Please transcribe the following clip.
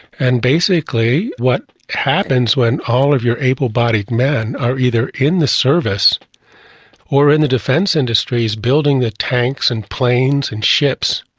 and basically what happens when all of your able-bodied men are either in the service or in the defence industries building the tanks and planes and ships,